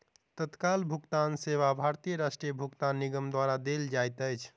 तत्काल भुगतान सेवा भारतीय राष्ट्रीय भुगतान निगम द्वारा देल जाइत अछि